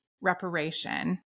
reparation